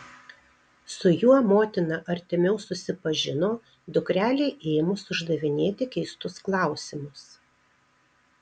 su juo motina artimiau susipažino dukrelei ėmus uždavinėti keistus klausimus